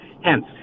Hence